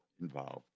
involved